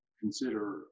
consider